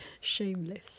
Shameless